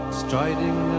striding